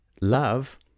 love